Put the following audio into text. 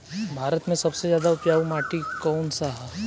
भारत मे सबसे ज्यादा उपजाऊ माटी कउन सा ह?